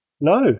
No